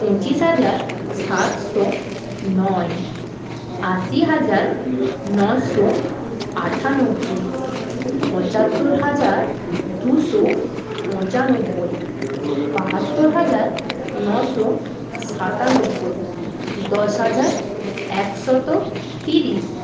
পঁচিশ হাজার সাতশো নয় আশি হাজার নশো আটানব্বই পঁচাত্তর হাজার দুশো পঁচানব্বই বাহাত্তর হাজার নশো সাতানব্বই দশ হাজার একশো তিরিশ